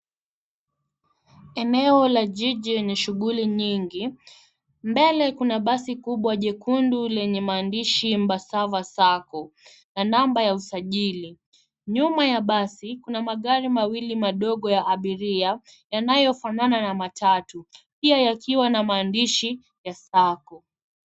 Eneo la jiji lenye shughuli nyingi. Mbele kuna basi kubwa jekundu lenye maandishi MBASSAVA SACCO na namba ya usajili. Nyuma ya basi, kuna magari mawili madogo ya abiria yanayofanana na matatu, pia yakiwa na maandishi ya SACCO.